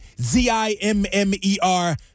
Z-I-M-M-E-R